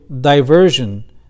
diversion